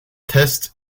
test